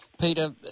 Peter